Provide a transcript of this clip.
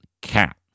Cat